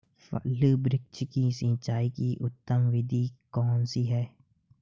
फल वृक्ष की सिंचाई की उत्तम विधि कौन सी है?